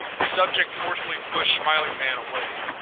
subject forcefully pushed smiling man away.